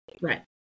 Right